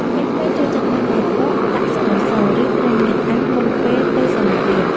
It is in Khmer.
ក្មេងៗចូលចិត្តញ៉ាំបាយកកដាក់ស្ករស ឬត្រីងៀតអាំង មុនពេលទៅសាលារៀន។